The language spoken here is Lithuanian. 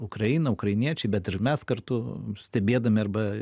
ukraina ukrainiečiai bet ir mes kartu stebėdami arba